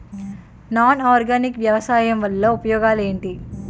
Non organic వ్యవసాయం వల్ల ఉపయోగాలు ఏంటీ?